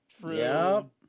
True